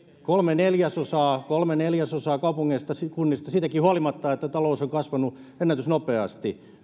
kolme neljäsosaa kolme neljäsosaa kaupungeista ja kunnista on erittäin suurissa vaikeuksissa siitäkin huolimatta että talous on kasvanut ennätysnopeasti